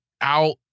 out